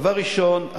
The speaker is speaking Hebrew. דבר ראשון,